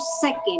second